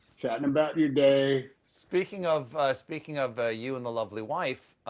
chatting about your day. speaking of speaking of ah you and the lovely wife,